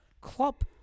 Klopp